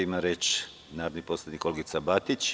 Ima reč narodni poslanik Olgica Batić.